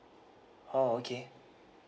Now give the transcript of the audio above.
oh okay